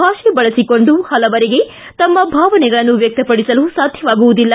ಭಾಷೆ ಬಳಸಿಕೊಂಡು ಪಲವರಿಗೆ ತಮ್ನ ಭಾವನೆಗಳನ್ನು ವ್ಯಕ್ತಪಡಿಸಲು ಸಾಧ್ಯವಾಗುವುದಿಲ್ಲ